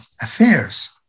affairs